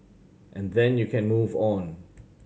and then you can move on